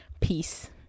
peace